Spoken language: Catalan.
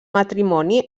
matrimoni